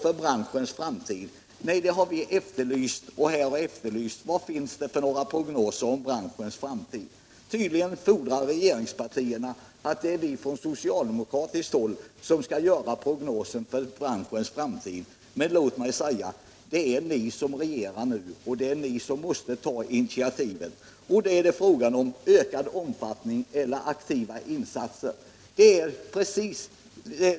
Vi kan inte göra några prognoser för branschens framtid, säger man nu när vi efterlyser sådana. Tydligen fordrar regeringspartierna att vi från socialdemokratiskt håll skall göra sådana prognoser. Men låt mig då säga: Det är ni som regerar nu, och det är ni som måste ta initiativet. Man diskuterar också frågan om stöd i ökad omfattning eller aktiva insatser.